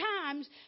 times